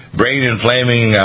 brain-inflaming